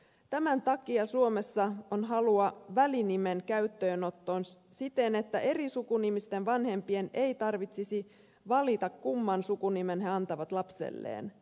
tämän takia suomessa on halua välinimen käyttöönottoon siten että eri sukunimisten vanhempien ei tarvitsisi valita kumman sukunimen he antavat lapselleen